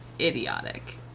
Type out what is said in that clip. idiotic